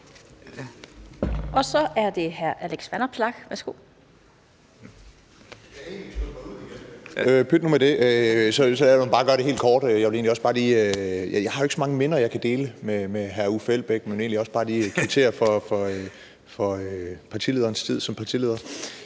Værsgo. Kl. 16:01 Alex Vanopslagh (LA): Lad mig bare gøre det helt kort. Jeg har jo ikke så mange minder, jeg kan dele med hr. Uffe Elbæk, men jeg vil egentlig også bare lige kvittere for partilederens tid som partileder.